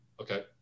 Okay